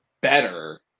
better